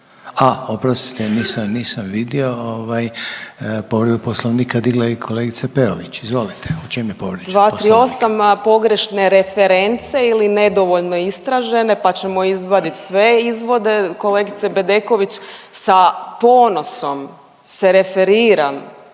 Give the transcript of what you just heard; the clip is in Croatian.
a oprostite, nisam, nisam vidio, ovaj povredu Poslovnika digla je i kolegica Peović, izvolite, u čem je povrijeđen Poslovnik? **Peović, Katarina (RF)** 238., pogrešne reference ili nedovoljno istražene, pa ćemo izvadit sve izvode. Kolegice Bedeković, sa ponosom se referiram